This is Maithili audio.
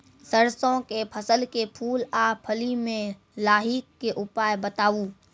सरसों के फसल के फूल आ फली मे लाहीक के उपाय बताऊ?